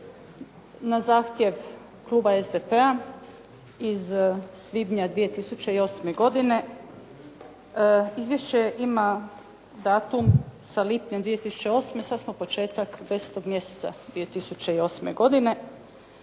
na zahtjeva kluba SDP-a iz svibnja 2008. godine. Izvješće ima datum sa lipnjem 2008. sada smo početak 10 mjeseca 2008. godine